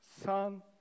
son